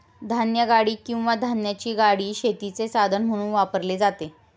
धान्यगाडी किंवा धान्याची गाडी शेतीचे साधन म्हणून वापरली जाते